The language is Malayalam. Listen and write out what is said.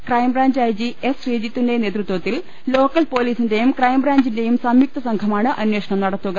ക്രൈംബ്രാഞ്ച് ഐജി എസ് ശ്രീജിത്തിന്റെ നേതൃത്വത്തിൽ ലോക്കൽ പൊലീസിന്റെയും ക്രൈംബ്രാഞ്ചിന്റെയും സംയുക്ത സംഘമാണ് അന്വേഷണം നടത്തുക